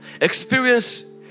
experience